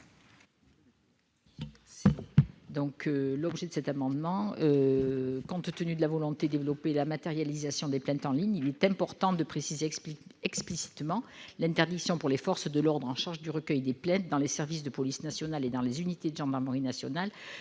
n° 291 rectifié. Compte tenu de la volonté de développer la dématérialisation des plaintes, il est important de préciser explicitement l'interdiction pour les forces de l'ordre en charge du recueil des plaintes dans les services de police nationale et les unités de gendarmerie nationale